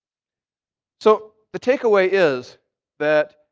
so the takeaway is that